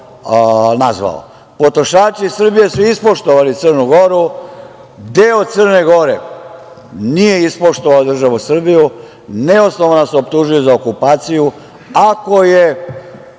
nazvao. Potrošači Srbije su ispoštovali Crnu Goru. Deo Crne Gore nije ispoštovao državu Srbije, neosnovano su je optužili za okupaciju. Ako je